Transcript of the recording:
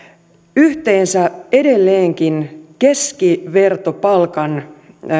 yhteensä edelleenkin keskivertopalkan